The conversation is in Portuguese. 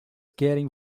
querem